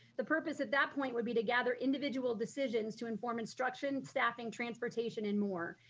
the purpose at that point would be to gather individual decision to inform instruction, staffing, transportation and more.